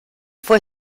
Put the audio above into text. fue